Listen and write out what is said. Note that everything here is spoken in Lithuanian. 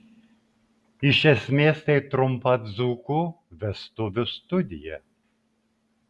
iš esmės tai trumpa dzūkų vestuvių studija